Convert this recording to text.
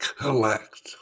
collect